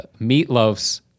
Meatloaf's